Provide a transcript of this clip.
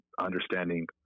understanding